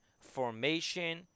formation